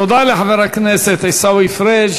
תודה לחבר הכנסת עיסאווי פריג'.